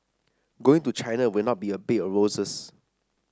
going to China will not be a bed of roses